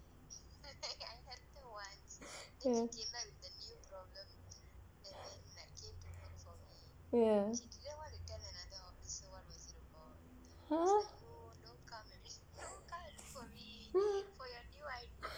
ya ya !huh!